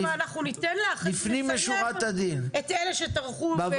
אנחנו ניתן אחרי שנסיים עם אלה שטרחו להגיע.